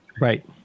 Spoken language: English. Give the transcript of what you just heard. Right